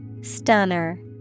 Stunner